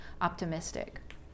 optimistic